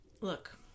Look